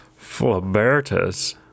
Flabertus